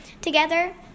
together